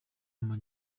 ama